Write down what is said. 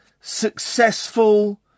successful